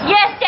Yes